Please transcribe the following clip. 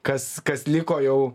kas kas liko jau